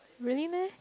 really meh